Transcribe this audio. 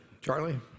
Charlie